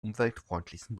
umweltfreundlichsten